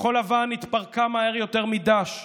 כחול לבן התפרקה מהר יותר מד"ש,